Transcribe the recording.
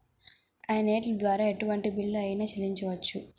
Online ద్వారా ఎటువంటి bill అయినా చెల్లించవచ్చా?